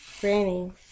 Granny